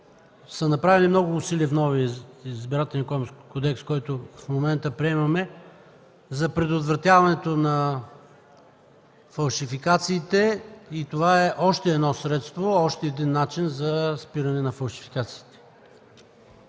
са направени много усилия в новия Избирателен кодекс, който в момента приемаме, за предотвратяването на фалшификациите. Това е още едно средство, още един начин за спиране на фалшификациите.